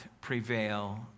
prevail